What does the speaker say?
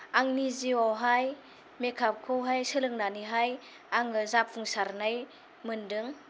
आंनि जिउआवहाय मेकापखौहाय सोलोंनानैहाय आङो जाफुंसारनाय मोनदों